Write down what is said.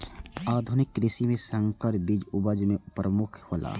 आधुनिक कृषि में संकर बीज उपज में प्रमुख हौला